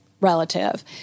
relative